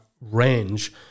range